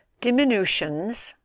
diminutions